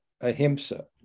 ahimsa